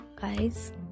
guys